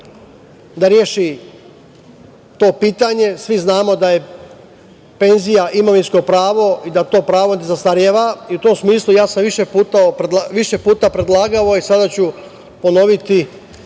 da reši to pitanje. Svi znamo da je penzija imovinsko pravo i da to pravo ne zastareva. U tom smislu, ja sam više puta predlagao i sada ću ponoviti